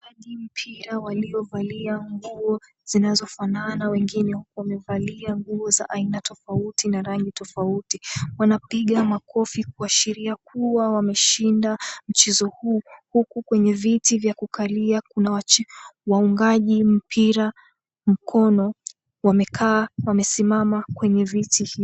...mpira walio valia nguo zinazofanana wengine wako wamevalia nguo za aina tofauti na rangi tofauti. Wanapiga makofi kuashiria kuwa wameshinda mchizo huu huku kwenye viti vya kukalia kuna waungaji mpira mkono wamekaa wamesimama kwenye viti hivi.